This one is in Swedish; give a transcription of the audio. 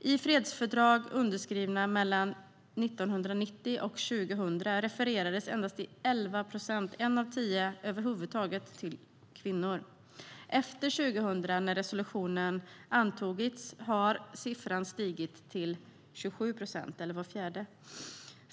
I fredsfördrag underskrivna mellan 1990 och 2000 refererades det endast i 11 procent av fallen, en av tio, till kvinnor över huvud taget. Efter 2000, då resolutionen antogs, har siffran stigit till 27 procent, vart fjärde fall.